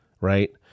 right